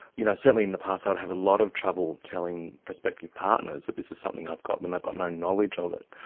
you know certainly in the past i'd have a lot of trouble telling prospective partners that this is something i've got when they've got no knowledge of it.